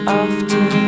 often